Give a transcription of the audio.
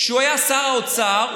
כשהוא היה שר האוצר,